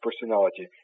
personality